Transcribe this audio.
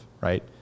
right